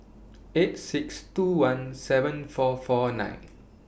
eight six two one seven four four nine